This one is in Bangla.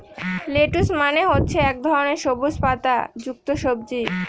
লেটুস মানে হচ্ছে এক ধরনের সবুজ পাতা যুক্ত সবজি